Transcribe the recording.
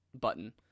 button